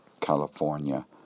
California